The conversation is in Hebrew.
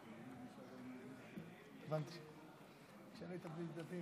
שחוקק בזמנו בתקופתו של ראש הממשלה יצחק רבין,